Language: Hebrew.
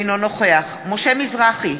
אינו נוכח משה מזרחי,